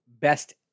best